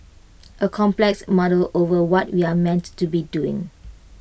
A complex muddle over what we're meant to be doing